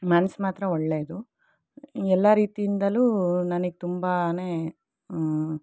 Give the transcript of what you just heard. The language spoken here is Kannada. ಮನಸ್ಸು ಮಾತ್ರ ಒಳ್ಳೆಯದು ಎಲ್ಲ ರೀತಿಯಿಂದಲೂ ನನಗೆ ತುಂಬನೇ